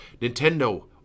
Nintendo